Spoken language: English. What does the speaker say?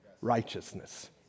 righteousness